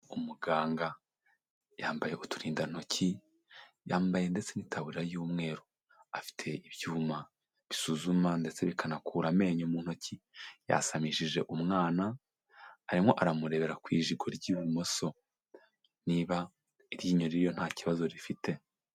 Umuganga yambaye uturindantoki, yambaye ndetse n'itaburiya y'umweru, afite ibyuma bisuzuma ndetse bikanakura amenyo mu ntoki, yasamishije umwana arimo aramurebera ku ijigo ry'ibumoso niba iryinyo ririyo nta kibazo rifite.